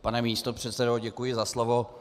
Pane místopředsedo, děkuji za slovo.